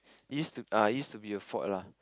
it used to ah it used to be a fort lah